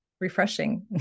refreshing